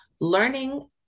Learning